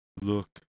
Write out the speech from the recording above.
Look